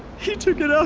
he took it out